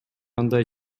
андай